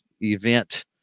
event